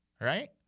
right